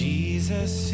Jesus